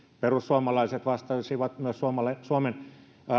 perussuomalaiset vastasivat myös suomen